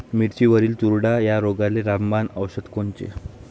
मिरचीवरील चुरडा या रोगाले रामबाण औषध कोनचे?